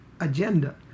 agenda